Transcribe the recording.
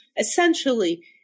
essentially